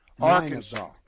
Arkansas